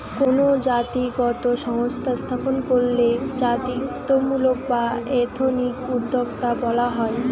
কোনো জাতিগত সংস্থা স্থাপন কইরলে জাতিত্বমূলক বা এথনিক উদ্যোক্তা বলা হয়